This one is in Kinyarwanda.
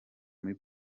muri